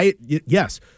Yes